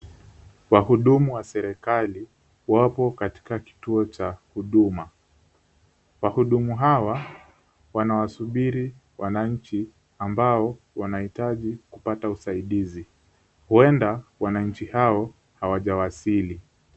Wahudumu wa serikali wapo katika kituo cha huduma. Wahudumu hawa wanawasubiri wananchi ambao wanahitaji kupata usaidizi. Huenda wananchi hao hawajawasili.